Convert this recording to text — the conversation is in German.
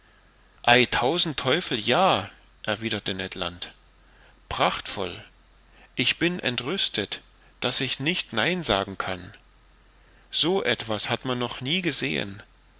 tausend teufel ja erwiderte ned land prachtvoll ich bin entrüstet daß ich nicht nein sagen kann so etwas hat man noch nie gesehen